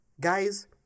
Guys